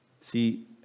See